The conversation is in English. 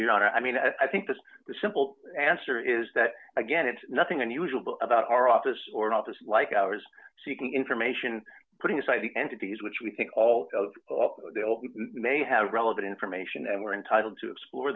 honor i mean i think the simple answer is that again it's nothing unusual about our office or an office like ours seeking information putting aside the entities which we think all may have relevant information and we're entitled to explore